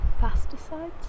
pesticides